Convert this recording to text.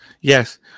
yes